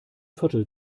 viertel